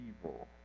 evil